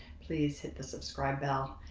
please hit the subscribe bell,